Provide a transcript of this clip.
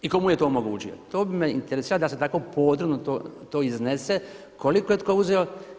I tko mu je to omogućio, to bi me interesiralo da se tako podrobno to iznese, koliko je tko uzeo?